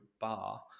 bar